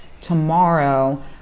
tomorrow